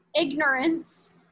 ignorance